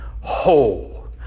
whole